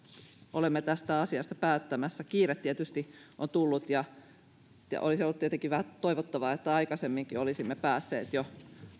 olemme tästä asiasta päättämässä kiire tietysti on tullut ja olisi ollut tietenkin toivottavaa että jo aikaisemminkin olisimme päässeet